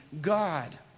God